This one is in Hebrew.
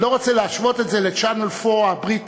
אני לא רוצה להשוות את זה ל-Channel 4 הבריטי,